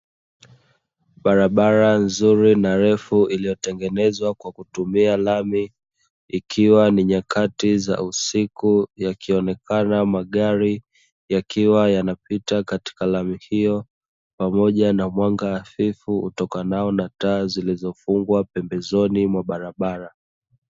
Barabara nzuri na refu iliyotengenezwa kwa kutumia lami, ikiwa ni nyakati za usiku, yakionekana magari yakiwa yanapita katika lami hiyo pamoja na mwanga hafifu utokanao na taa zilizofungwa pembezoni mwa barabara.